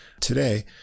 today